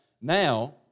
Now